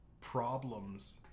problems